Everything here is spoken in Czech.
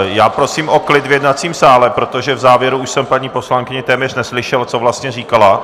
Já prosím o klid v jednacím sále, protože v závěru už jsem paní poslankyni téměř neslyšel, co vlastně říkala.